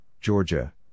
Georgia